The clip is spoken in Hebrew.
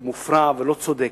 הוא מופרע ולא צודק.